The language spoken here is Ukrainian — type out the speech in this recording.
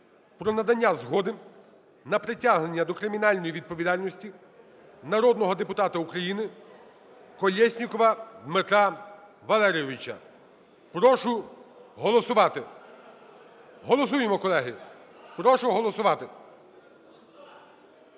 про надання згоди на притягнення до кримінальної відповідальності народного депутата України Колєснікова Дмитра Валерійовича. Прошу голосувати. Голосуємо колеги. Прошу голосувати.